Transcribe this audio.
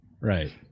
Right